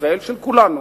ישראל של כולנו,